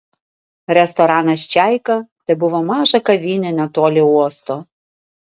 restoranas čaika tebuvo maža kavinė netoli uosto